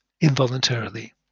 involuntarily